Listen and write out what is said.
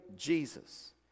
Jesus